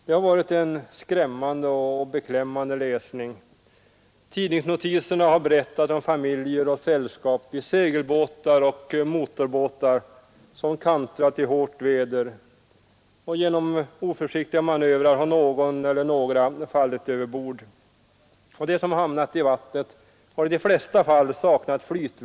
Det har varit en skrämmande och beklämmande läsning. Tidningsnotiserna har berättat om familjer och sällskap i segelbåtar och motorbåtar som kantrat i hårt väder. Genom oförsiktiga manövrer har någon eller några fallit överbord. De som hamnat i vattnet har i de flesta fall bristfälliga.